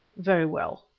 very well,